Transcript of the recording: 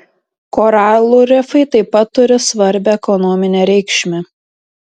koralų rifai taip pat turi svarbią ekonominę reikšmę